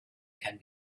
can